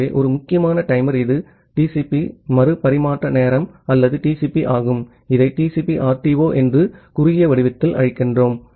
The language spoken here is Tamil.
ஆகவே ஒரு முக்கியமான டைமர் இது TCP மறு பரிமாற்ற நேரம் அல்லது TCP ஆகும் இதை TCP RTO என்று குறுகிய வடிவத்தில் அழைக்கிறோம்